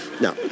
no